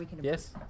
yes